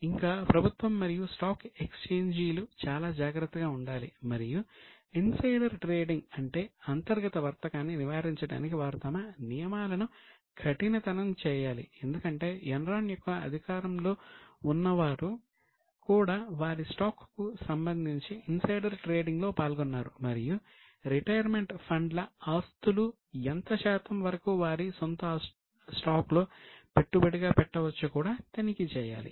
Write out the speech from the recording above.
ఇంకా ప్రభుత్వం మరియు స్టాక్ ఎక్స్ఛేంజీలు ల ఆస్తులు ఎంత శాతం వరకు వారి సొంత స్టాక్ లో పెట్టుబడిగా పెట్టవచ్చో కూడా తనిఖీ చేయాలి